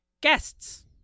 guests